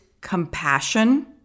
compassion